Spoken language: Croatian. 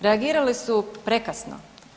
Reagirale su prekasno.